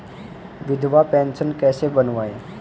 विधवा पेंशन कैसे बनवायें?